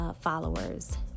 followers